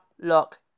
look